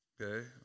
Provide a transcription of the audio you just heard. Okay